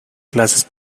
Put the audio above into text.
clases